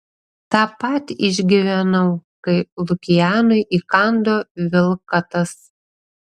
tą pat išgyvenau kai lukianui įkando vilkatas